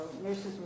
nurses